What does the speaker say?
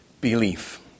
belief